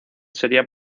sería